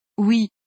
Oui